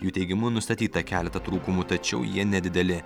jų teigimu nustatyta keletą trūkumų tačiau jie nedideli